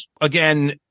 Again